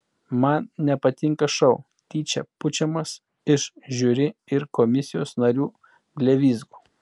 man nepatinka šou tyčia pučiamas iš žiuri ir komisijos narių blevyzgų